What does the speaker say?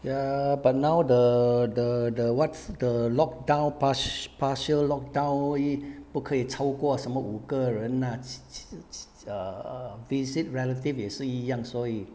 ya but now the the the what's the locked down pas~ partial locked down 一不可以超过什么五个人那去去去 err err visit relatives 也是一样所以